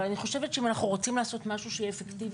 אבל אני חושבת שאם אנחנו רוצים לעשות משהו שיהיה אפקטיבי